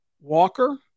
Walker